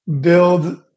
build